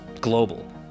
global